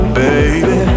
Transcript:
baby